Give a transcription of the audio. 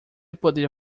poderia